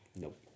Nope